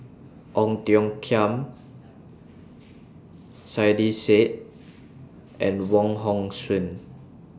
Ong Tiong Khiam Saiedah Said and Wong Hong Suen